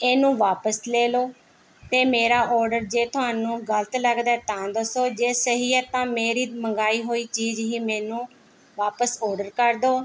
ਇਹਨੂੰ ਵਾਪਸ ਲੈ ਲਿਓ ਅਤੇ ਮੇਰਾ ਔਡਰ ਜੇ ਤੁਹਾਨੂੰ ਗਲਤ ਲੱਗਦਾ ਤਾਂ ਦੱਸੋ ਜੇ ਸਹੀ ਹੈ ਤਾਂ ਮੇਰੀ ਮੰਗਾਈ ਹੋਈ ਚੀਜ਼ ਹੀ ਮੈਨੂੰ ਵਾਪਸ ਔਡਰ ਕਰ ਦਿਓ